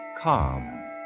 Calm